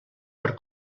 per